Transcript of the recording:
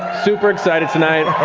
super excited tonight.